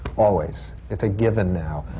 always. it's a given now.